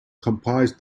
comprised